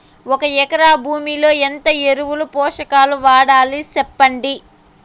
ఒక ఎకరా భూమిలో ఎంత ఎరువులు, పోషకాలు వాడాలి సెప్పండి?